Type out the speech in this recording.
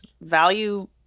value